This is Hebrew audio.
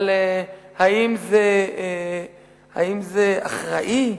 אבל האם זה אחראי?